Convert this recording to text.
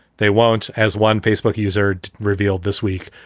they won't, as one facebook user revealed this week.